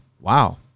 Wow